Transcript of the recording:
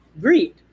greed